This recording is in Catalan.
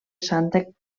sant